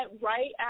right